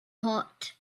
hot